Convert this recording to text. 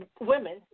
women